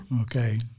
okay